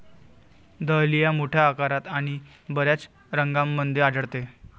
dahlia मोठ्या आकारात आणि बर्याच रंगांमध्ये आढळते